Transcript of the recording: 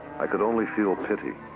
i could only feel pity.